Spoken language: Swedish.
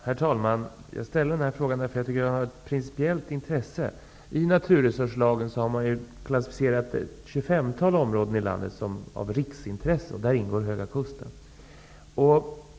Herr talman! Jag ställde den här frågan därför att jag tycker att den har ett principiellt intresse. I naturresurslagen har man ju klassificerat ett tjugofemtal områden i landet som områden av riksintresse, och bland de områdena ingår Höga kusten.